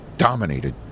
Dominated